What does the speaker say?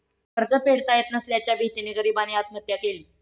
कर्ज फेडता येत नसल्याच्या भीतीने गरीबाने आत्महत्या केली